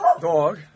dog